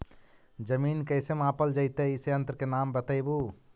जमीन कैसे मापल जयतय इस यन्त्र के नाम बतयबु?